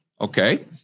Okay